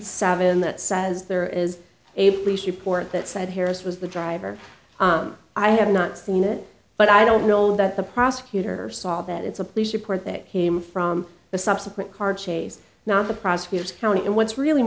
savin that says there is a police report that said harris was the driver i have not seen it but i don't know that the prosecutor saw that it's a police report that came from the subsequent car chase not the prosecutor's county and what's really